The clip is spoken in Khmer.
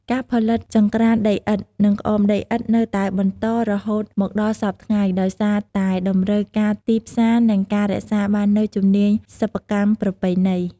ការផលិតចង្ក្រានដីឥដ្ឋ និងក្អមដីឥដ្ឋនៅតែបន្តរហូតមកដល់សព្វថ្ងៃ ដោយសារតែតម្រូវការទីផ្សារ និងការរក្សាបាននូវជំនាញសិប្បកម្មប្រពៃណី។